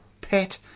pet